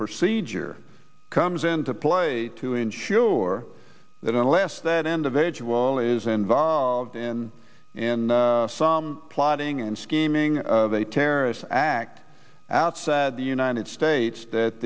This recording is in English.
procedure comes into play to ensure that unless that individual is involved in in some plotting and scheming a terrorist act outside the united states that